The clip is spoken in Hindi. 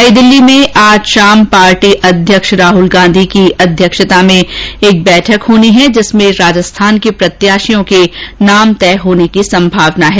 नई दिल्ली में आज शाम पार्टी अध्यक्ष राहुल गांधी की अध्यक्षता में एक बैठक होनी है जिसमें राजस्थान के प्रत्याषियों के नाम तय होने की संभावना है